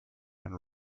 and